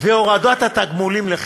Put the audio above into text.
והורדת התגמולים לחצי.